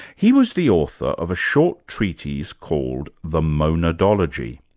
he was the author of a short treatise called the monadology,